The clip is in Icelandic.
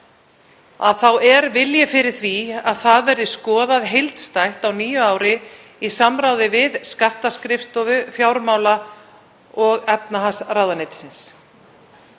fram að vilji er fyrir því að það verði skoðað heildstætt á nýju ári í samráði við skattaskrifstofu fjármála- og efnahagsráðuneytisins.